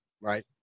right